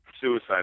Suicide